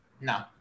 No